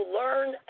learn